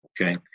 okay